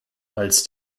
als